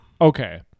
Okay